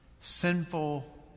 sinful